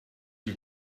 you